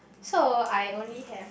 so I only have